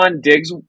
Diggs